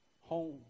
home